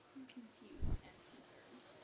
i'm confused and concerned.